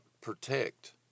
protect